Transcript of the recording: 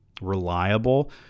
reliable